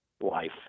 life